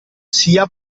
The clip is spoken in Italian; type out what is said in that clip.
sia